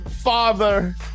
Father